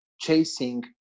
chasing